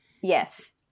Yes